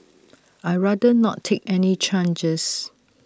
I'd rather not take any charges